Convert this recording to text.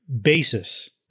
basis